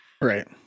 Right